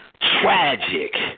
tragic